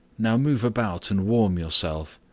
now move about and warm yourself.